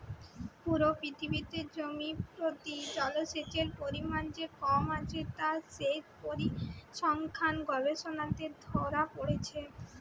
পুরো পৃথিবীতে জমি প্রতি জলসেচের পরিমাণ যে কমে আসছে তা সেচ পরিসংখ্যান গবেষণাতে ধোরা পড়ছে